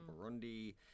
Burundi